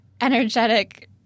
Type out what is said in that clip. energetic